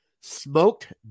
smoked